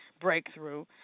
Breakthrough